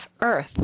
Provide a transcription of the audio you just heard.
Earth